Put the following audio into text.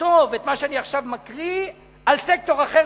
לכתוב את מה שאני עכשיו מקריא על סקטור אחר,